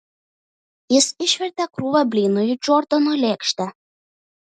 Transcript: jis išvertė krūvą blynų į džordano lėkštę